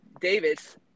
Davis –